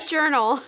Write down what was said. Journal